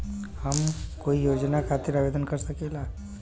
हम कोई योजना खातिर आवेदन कर सकीला?